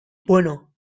bueno